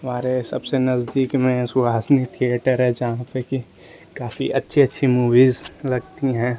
हमारे सबसे नज़दीक में है सुहासिनी थिएटर है जहाँ पर कि काफ़ी अच्छी अच्छी मूवीज़ लगती हैं